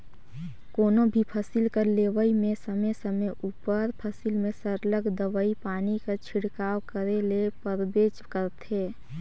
कोनो भी फसिल कर लेवई में समे समे उपर फसिल में सरलग दवई पानी कर छिड़काव करे ले परबेच करथे